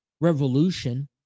revolution